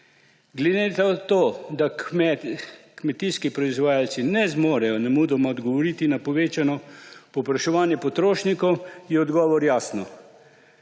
Glede na to, da kmetijski proizvajalci ne zmorejo nemudoma odgovoriti na povečano povpraševanje potrošnikov, je odgovor jasen.